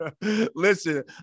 Listen